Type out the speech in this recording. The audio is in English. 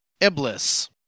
Iblis